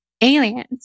aliens